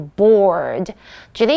bored